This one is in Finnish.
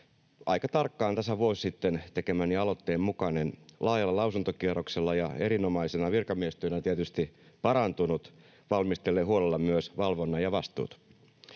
aika tarkkaan tasan vuosi sitten tekemäni aloitteen mukainen — laajalla lausuntokierroksella ja erinomaisena virkamiestyönä tietysti parantunut, ja on valmisteltu huolella myös valvonta ja vastuut.